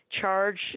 charge